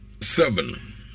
seven